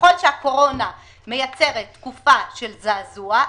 ככל שהקורונה מייצרת תקופה של זעזוע,